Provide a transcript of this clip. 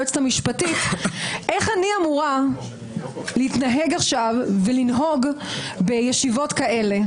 איך אני אמורה להתנהג עכשיו ולנהוג בישיבות כאלה,